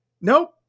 nope